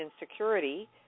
insecurity